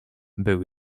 był